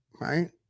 right